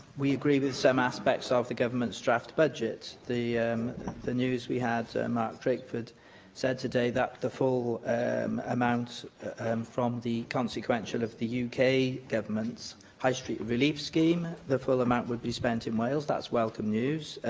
we agree with some aspects ah of the government's draft budget. the the news we had. mark drakeford said today that the full amount from the consequential of the yeah uk government's high-street relief scheme the full amount will be spent in wales. that's welcome news.